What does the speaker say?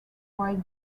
wide